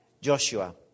Joshua